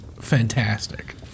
fantastic